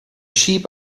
sheep